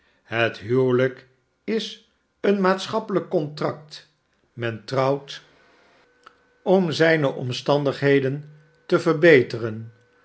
het huwelijk is een maatschappelijk contract men trouwt om barnaby rudge zijne omstandigheden te verbeteren